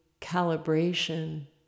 calibration